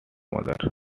mother